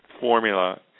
formula